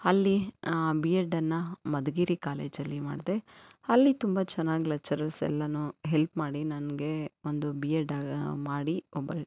ಅಲ್ಲಿ B Ed ಅನ್ನು ಮಧುಗಿರಿ ಕಾಲೇಜಲ್ಲಿ ಮಾಡಿದೆ ಅಲ್ಲಿ ತುಂಬ ಚೆನ್ನಾಗಿ ಲೆಕ್ಚರರ್ಸ್ ಎಲ್ಲ ಹೆಲ್ಪ್ ಮಾಡಿ ನನಗೆ ಒಂದು ಬಿ ಎಡ್ ಮಾಡಿ ಒಬ್ಬಳು